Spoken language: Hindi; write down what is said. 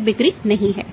बिक्री नहीं है